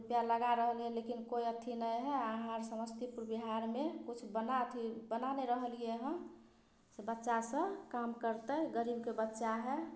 रुपैआ लगा रहलिए लेकिन कोइ अथी नहि हइ आओर हमर समस्तीपुर बिहारमे किछु बना अथी बना नहि रहलिए हँ से बच्चासभ काम करतै गरीबके बच्चा हइ